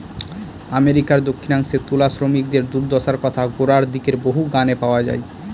আমেরিকার দক্ষিনাংশে তুলা শ্রমিকদের দূর্দশার কথা গোড়ার দিকের বহু গানে পাওয়া যায়